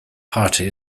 party